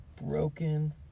broken